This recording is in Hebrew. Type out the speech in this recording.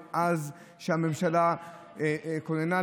מאז שהממשלה כוננה,